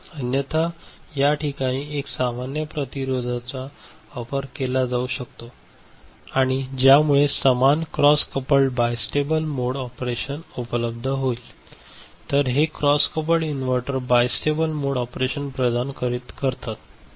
अन्यथा या ठिकाणी एक सामान्य प्रतिरोधकाचा वापर केला जाऊ शकतो आणि ज्यामुळे समान cross coupled bistable mode operation उपलब्ध होईल तर हे cross coupled inverter bistable mode operation प्रदान करतात